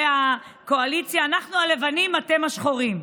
מחברי הקואליציה: אנחנו הלבנים, אתם השחורים.